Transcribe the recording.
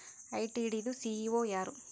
ITD ದು CEO ಯಾರು?